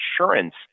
insurance